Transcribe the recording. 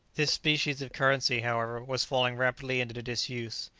this species of currency, however, was falling rapidly into disuse.